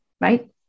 right